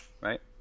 right